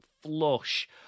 flush